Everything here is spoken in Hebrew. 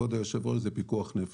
לעבוד על הרכבות בשישי-שבת זה פיקוח נפש.